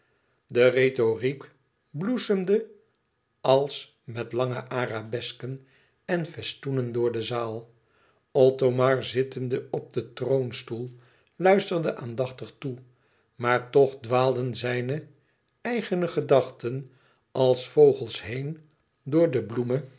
de rhetoriek bloesemde als met lange arabesken en festoenen door de zaal othomar zittende op den troonstoel luisterde aandachtig toe maar toch dwaalden zijne eigene gedachten als vogels heen door de bloemen